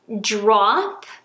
drop